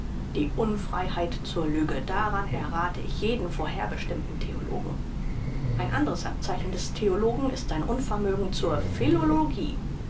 die unfreiheit zur lüge daran errathe ich jeden vorherbestimmten theologen ein andres abzeichen des theologen ist sein unvermögen zur philologie